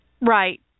Right